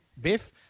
Biff